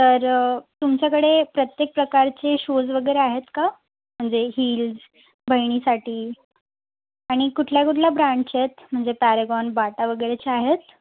तर तुमच्याकडे प्रत्येक प्रकारचे शूज वगैरे आहेत का म्हणजे हिल्स बहिणीसाठी आणि कुठल्या कुठल्या ब्रँडचे आहेत म्हणजे पॅरागॉन बाटा वगैरेचे आहेत